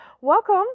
Welcome